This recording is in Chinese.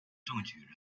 中举